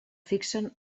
fixen